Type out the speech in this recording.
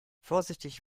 vorsichtig